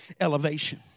Elevation